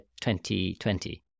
2020